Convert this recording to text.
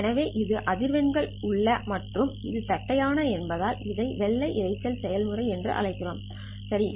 எனவே இது அதிர்வெண் கள உள்ளது மற்றும் இது தட்டையானது என்பதால் இதை வெள்ளை இரைச்சல் செயல்முறை என்று அழைக்கிறோம் சரி